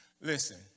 Listen